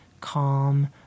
calm